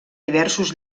diversos